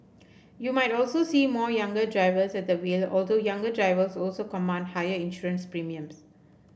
you might also see more younger drivers at the wheel although younger drivers also command higher insurance premiums